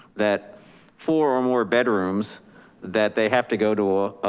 that four or more bedrooms that they have to go to a